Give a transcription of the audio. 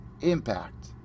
impact